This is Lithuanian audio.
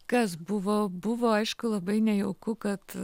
kas buvo buvo aišku labai nejauku kad